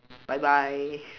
bye bye